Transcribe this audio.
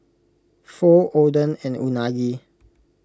Pho Oden and Unagi